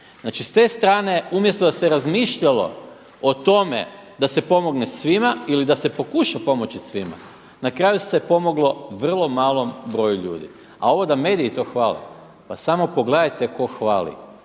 Znači s te strane umjesto da se razmišljalo o tome da se pomogne svima ili da se pokuša pomoći svima na kraju se pomoglo vrlo malom broju ljudi. A ovo da mediji to hvale, pa samo pogledajte ko hvali,